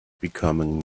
becoming